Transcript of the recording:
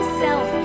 self